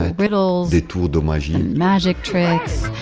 ah riddles. the magic and magic tricks